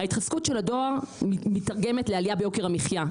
ההתחזקות של הדולר מיתרגמת לעלייה ביוקר המחיה,